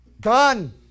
Done